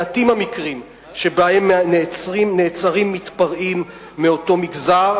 מעטים המקרים שנעצרים מתפרעים מאותו מגזר,